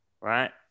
right